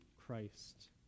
Christ